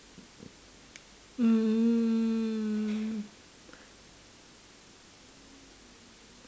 mm